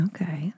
Okay